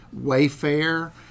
wayfair